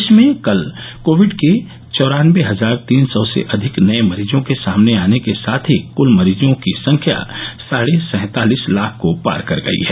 देश में कल कोविड के चौरानबे हजार तीन सौ से अधिक नये मरीजों के सामने आने के साथ ही कल मरीजों की संख्या साढे सैंतालिस लाख को पार कर गई है